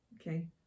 Okay